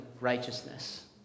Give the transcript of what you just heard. righteousness